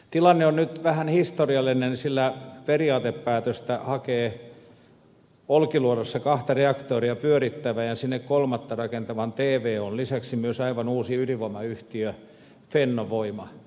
tilanne on nyt vähän historiallinen sillä periaatepäätöstä hakee olkiluodossa kahta reaktoria pyörittävän ja sinne kolmatta rakentavan tvon lisäksi myös aivan uusi ydinvoimayhtiö fennovoima